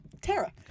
tara